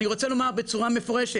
אני רוצה לומר באופן מפורש,